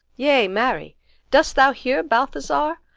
yea, marry dost thou hear, balthazar?